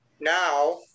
now